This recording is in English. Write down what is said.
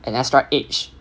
an extra edge